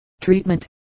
treatment